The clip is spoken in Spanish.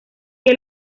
que